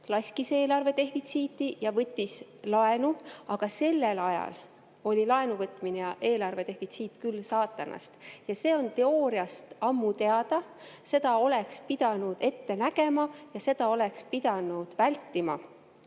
laskis eelarve defitsiiti ja võttis laenu, aga sellel ajal oli laenuvõtmine ja eelarve defitsiit küll saatanast. Ja see on teooriast ammu teada. Seda oleks pidanud ette nägema ja seda oleks pidanud vältima.